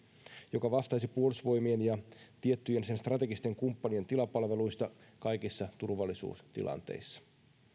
joka vastaisi puolustusvoimien ja sen tiettyjen strategisten kumppanien tilapalveluista kaikissa turvallisuustilanteissa